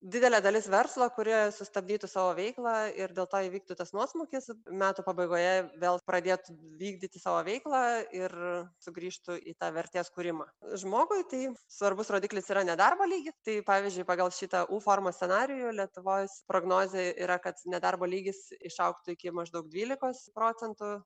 didelė dalis verslo kuri sustabdytų savo veiklą ir dėl to įvyktų tas nuosmūkis metų pabaigoje vėl pradėtų vykdyti savo veiklą ir sugrįžtų į tą vertės kūrimą žmogui tai svarbus rodiklis yra nedarbo lygis tai pavyzdžiui pagal šitą u formos scenarijų lietuvos prognozė yra kad nedarbo lygis išaugtų iki maždaug dvylikos procentų